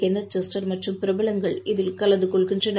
Ken Juster மற்றும் பிரபலங்கள் இதில் கலந்து கொள்வார்கள்